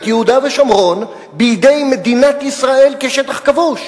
יהודה ושומרון בידי מדינת ישראל כשטח כבוש.